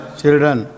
children